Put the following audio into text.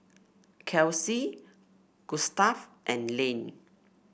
Kelsey Gustaf and Lane